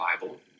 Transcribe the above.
Bible